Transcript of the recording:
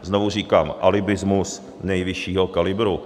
Znovu říkám, alibismus nejvyššího kalibru.